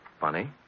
Funny